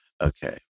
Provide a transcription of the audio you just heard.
Okay